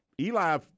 Eli